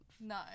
No